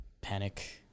Panic